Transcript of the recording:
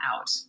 out